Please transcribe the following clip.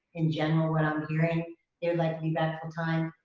in general, what i'm hearing they'd like be back full time.